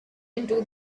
into